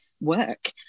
work